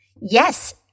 Yes